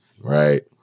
right